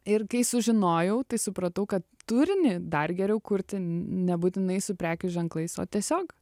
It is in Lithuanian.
ir kai sužinojau tai supratau kad turinį dar geriau kurti nebūtinai su prekių ženklais o tiesiog